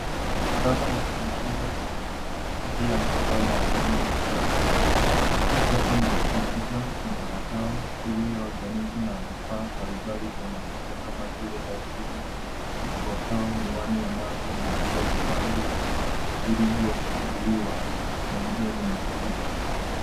Dhana ya kujifunza kwa njia ya mtandao na elimu ya kisasa. Kituo chake ni komputa mpakato iliyounganishwa na vifaa mbalimbali vya masomo kama vile darubini, kikokotoo, miwani ya macho na pia vitabu vilivyofunguliwa na vingine vimefungwa.